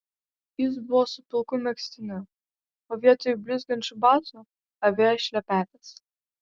jis buvo su pilku megztiniu o vietoj blizgančių batų avėjo šlepetes